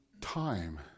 time